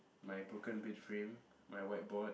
my broken bed frame my white board